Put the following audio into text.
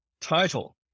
title